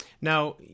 Now